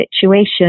situation